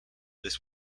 this